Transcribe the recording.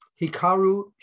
Hikaru